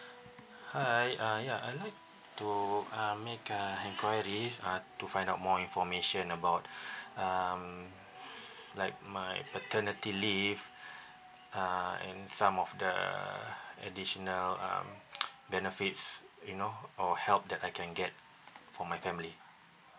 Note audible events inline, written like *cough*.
hi uh ya I'd like to uh make a enquiry uh to find out more information about *breath* um *breath* like my paternity leave uh and some of the additional um *noise* benefits you know or help that I can get for my family